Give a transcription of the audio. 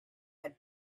had